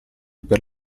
per